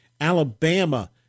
Alabama